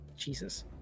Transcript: Jesus